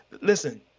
listen